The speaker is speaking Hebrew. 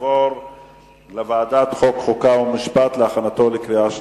לוועדת החוקה, חוק ומשפט נתקבלה.